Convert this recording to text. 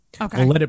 Okay